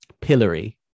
pillory